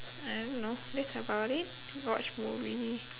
I don't know that's about it watch movie